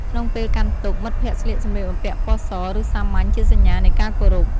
ក្នុងពេលកាន់ទុក្ខ មិត្តភក្តិស្លៀកសម្លៀកបំពាក់ពណ៌ស ឬសាមញ្ញជាសញ្ញានៃការគោរព។